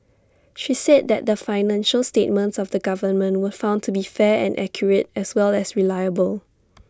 she said that the financial statements of the government were found to be fair and accurate as well as reliable